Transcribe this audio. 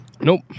Nope